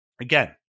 again